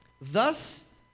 thus